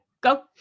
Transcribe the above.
go